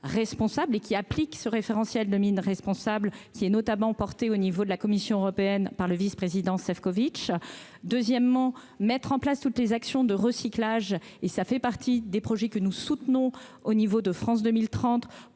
et qui appliquent ce référentiel domine responsable qui est notamment portée au niveau de la Commission européenne par le vice-président Sefcovic deuxièmement, mettre en place toutes les actions de recyclage et ça fait partie des projets que nous soutenons, au niveau de France 2030